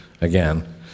again